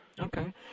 Okay